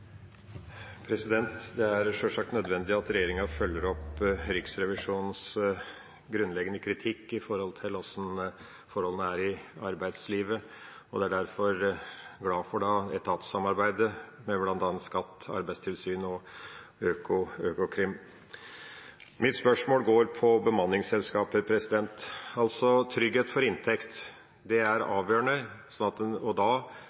sjølsagt nødvendig at regjeringa følger opp Riksrevisjonens grunnleggende kritikk når det gjelder forholdene i arbeidslivet. Jeg er derfor glad for etatssamarbeidet mellom bl.a. skatteetaten, Arbeidstilsynet og Økokrim. Mitt spørsmål går på bemanningsselskaper. Trygghet for inntekt er avgjørende. Da vet en hva en har for slags omfang av arbeid, og